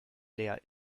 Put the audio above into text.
leer